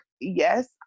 yes